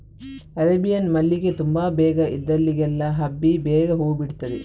Arabian ಮಲ್ಲಿಗೆ ತುಂಬಾ ಬೇಗ ಇದ್ದಲ್ಲಿಗೆಲ್ಲ ಹಬ್ಬಿ ಬೇಗ ಹೂ ಬಿಡ್ತದೆ